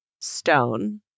Stone